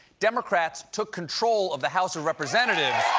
democrats took control of the house of representatives.